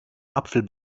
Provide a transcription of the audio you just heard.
apfel